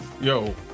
Yo